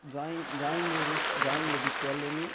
join చేపిస్ join చేయించాలని